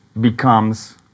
becomes